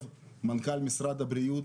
על מה שקורה בפסיכיאטריה,